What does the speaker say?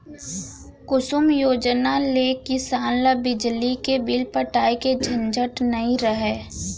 कुसुम योजना ले किसान ल बिजली के बिल पटाए के झंझट नइ रहय